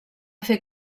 fer